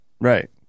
Right